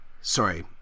sorry